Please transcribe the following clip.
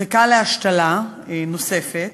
הוא חיכה להשתלה נוספת,